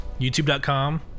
youtube.com